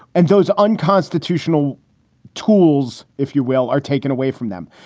and those unconstitutional tools, if you will, are taken away from them.